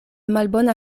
malbona